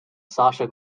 sasha